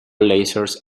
lasers